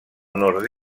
nord